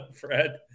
Fred